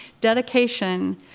dedication